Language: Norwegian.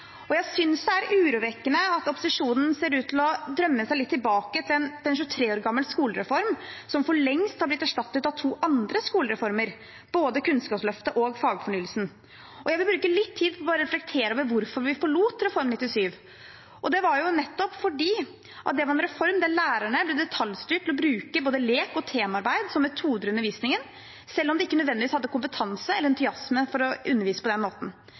Jeg synes det er urovekkende at opposisjonen ser ut til å drømme seg litt tilbake til en 23 år gammel skolereform, som for lengst har blitt erstattet av to andre skolereformer: Kunnskapsløftet og Fagfornyelsen. Jeg vil bruke litt tid på å reflektere over hvorfor vi forlot Reform 97. Det var nettopp fordi det var en reform der lærerne ble detaljstyrt til å bruke både lek og temaarbeid som metoder i undervisningen, selv om de ikke nødvendigvis hadde kompetanse til eller entusiasme for å undervise på den måten.